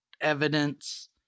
evidence